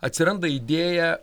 atsiranda idėja